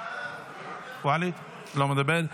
לא מדבר,